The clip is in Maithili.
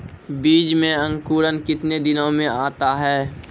बीज मे अंकुरण कितने दिनों मे आता हैं?